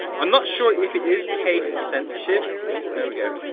i'm not sure if it is case-sensitive there we go,